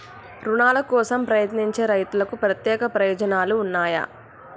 రుణాల కోసం ప్రయత్నించే రైతులకు ప్రత్యేక ప్రయోజనాలు ఉన్నయా?